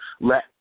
Let